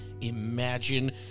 imagine